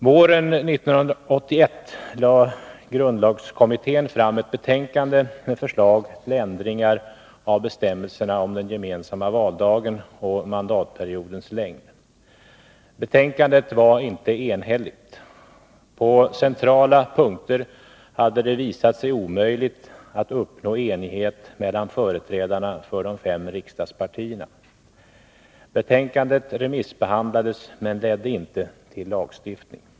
Våren 1981 lade grundlagskommittén fram ett betänkande med förslag till ändringar av bestämmelserna om den gemensamma valdagen och mandatperiodens längd. Betänkandet var inte enhälligt. På centrala punkter hade det visat sig omöjligt att uppnå enighet mellan företrädarna för de fem riksdagspartierna. Betänkandet remissbehandlades men ledde inte till lagstiftning.